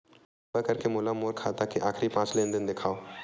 किरपा करके मोला मोर खाता के आखिरी पांच लेन देन देखाव